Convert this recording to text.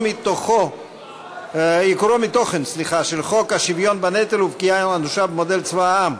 מתוכן של חוק השוויון בנטל ופגיעה אנושה במודל צבא העם,